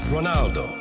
Ronaldo